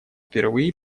впервые